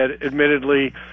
admittedly